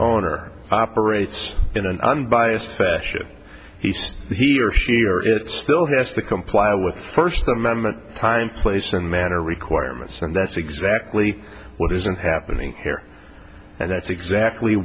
owner operates in an unbiased fashion he he or she or it still has to comply with first amendment time place and manner requirements and that's exactly what isn't happening here and that's exactly